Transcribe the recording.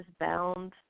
bound